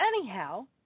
anyhow